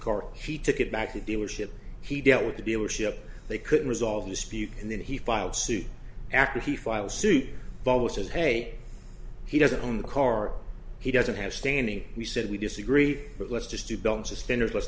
car she took it back to the dealership he dealt with the dealership they couldn't resolve disputes and then he filed suit after he filed suit both as hey he doesn't own the car he doesn't have standing he said we disagree but let's just to balance a standard let's